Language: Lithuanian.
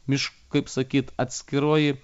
miš kaip sakyt atskiroji